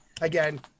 again